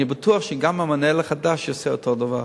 אני בטוח שגם המנהל החדש יעשה אותו דבר.